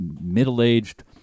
middle-aged